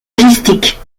logistique